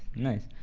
nice.